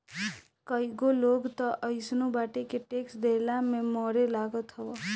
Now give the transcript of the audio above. कईगो लोग तअ अइसनो बाटे के टेक्स देहला में मरे लागत हवे